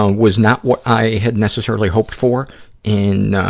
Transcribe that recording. um was not what i had necessarily hoped for in, ah,